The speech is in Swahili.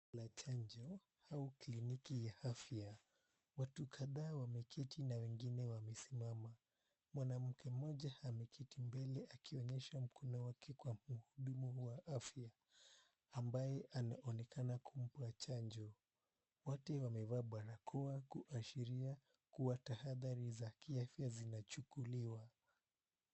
La chanjo au kliniki ya afya. Watu kadhaa wameketi na wengine wamesimama. Mwanamke mmoja ameketi mbele akionyesha mkono wake kwa mhudumu wa afya ambaye anaonekana kumpa chanjo. Wote wamevaa barakoa kuashiria kuwa tahadhari za kiafya zinachukuliwa.